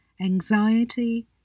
anxiety